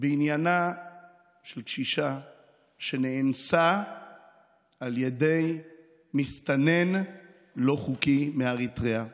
בעניינה של קשישה שנאנסה על ידי מסתנן לא חוקי מאריתריאה.